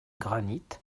granite